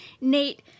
Nate